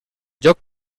lloc